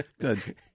Good